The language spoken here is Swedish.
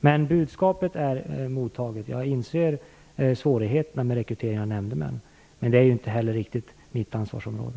Men budskapet är mottaget. Jag inser svårigheterna med rekrytering av nämndemän, men det är ju heller inte riktigt mitt ansvarsområde.